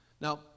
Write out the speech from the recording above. Now